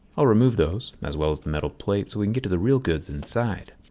i'll remove those as well as the metal plate so we can get to the real goods inside.